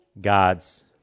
God's